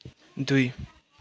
दुई